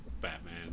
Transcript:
Batman